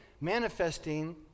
manifesting